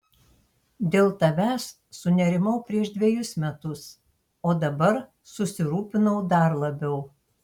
dėl tavęs sunerimau prieš dvejus metus o dabar susirūpinau dar labiau